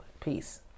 Peace